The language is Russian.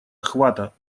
охвата